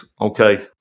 okay